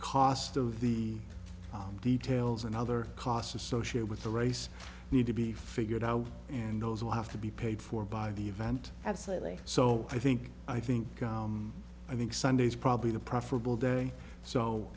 cost of the details and other costs associated with the race need to be figured out and those will have to be paid for by the event absolutely so i think i think i think sunday is probably the preferable day so